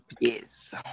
yes